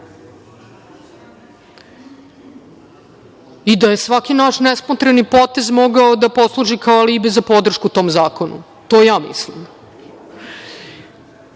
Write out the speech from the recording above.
i da je svaki naš nesmotreni potez mogao da posluži kao alibi za podršku tom zakonu, to ja mislim. Isto